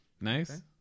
Nice